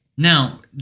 Now